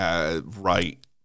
right